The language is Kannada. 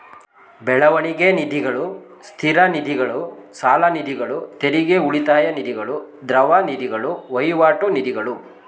ಬೆಳವಣಿಗೆ ನಿಧಿಗಳು, ಸ್ಥಿರ ಆದಾಯ ನಿಧಿಗಳು, ಸಾಲನಿಧಿಗಳು, ತೆರಿಗೆ ಉಳಿತಾಯ ನಿಧಿಗಳು, ದ್ರವ ನಿಧಿಗಳು, ವಹಿವಾಟು ನಿಧಿಗಳು